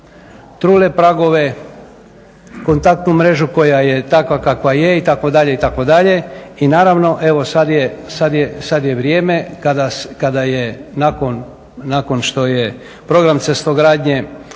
trule pragove, kontaktnu mrežu koja je takva kakva je itd., itd.. I naravno evo sada je vrijeme kada je, nakon što je program cestogradnje